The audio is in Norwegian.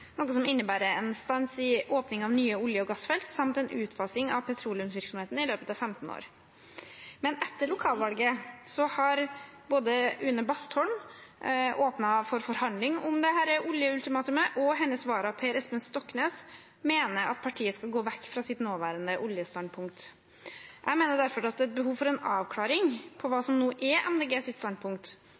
noe som innebærer en stans i åpning av nye olje- og gassfelt samt en utfasing av petroleumsvirksomheten i løpet av 15 år. Etter lokalvalget har Une Bastholm åpnet for forhandlinger om dette oljeultimatumet, og hennes vararepresentant, Per Espen Stoknes, mener at partiet skal gå vekk fra sitt nåværende oljestandpunkt. Jeg mener derfor det er behov for en avklaring av hva som er Miljøpartiet De Grønnes standpunkt. Vil Miljøpartiet De Grønne stoppe all oljeleting nå